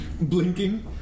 Blinking